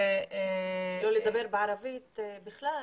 שלא לדבר בערבית, בכלל,